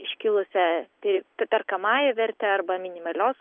iškilusia pir perkamąja verte arba minimalios